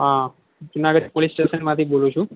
હા જુનાગઢ પોલીસ સ્ટેશનમાંથી બોલું છું